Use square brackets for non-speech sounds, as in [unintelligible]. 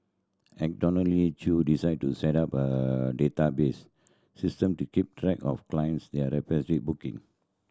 [unintelligible] Chew decided to set up a database system to keep track of clients their [unintelligible] booking